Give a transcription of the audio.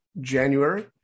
January